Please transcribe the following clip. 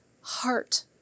heart